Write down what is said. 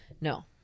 No